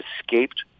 escaped